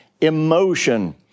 emotion